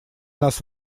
нас